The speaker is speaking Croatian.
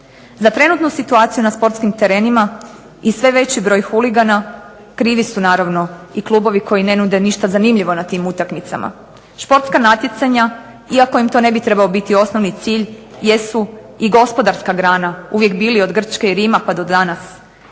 Za trenutnu situaciju na sportskim terenima i sve veći broj huligana krivi su naravno i klubovi koji ne nude ništa zanimljivo na tim utakmicama. Sportska natjecanja, iako im to ne bi trebao biti osnovni cilj, jesu i gospodarska grana. Uvijek bili od Grčke i Rima pa do danas.